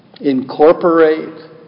incorporate